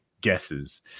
guesses